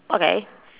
okay